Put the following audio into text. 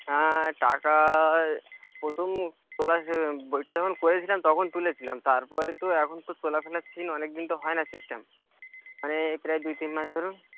হ্যাঁ টাকায় প্রথম তোলার বইটা যখন করেছিলাম তখন তুলেছিলাম তার পরে তো এখন তো তোলা ফোলার সিন অনেক দিন তো হয় না সিস্টেম মানে প্রায় দুই তিন মাস ধরুন